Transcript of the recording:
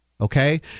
okay